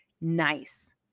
nice